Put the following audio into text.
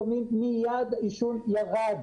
מייד העישון ירד.